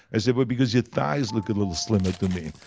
i said, well because your thighs look a little slimmer to me.